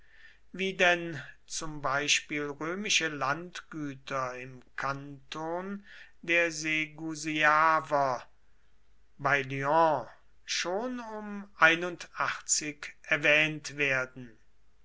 wie denn zum beispiel römische landgüter im kanton der segusiaver bei lyon schon um erwähnt werden